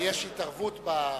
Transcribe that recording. יש התערבות.